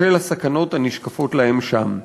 בשל הסכנות הנשקפות להם שם".